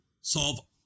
solve